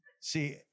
See